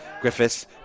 Griffiths